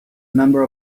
member